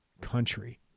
country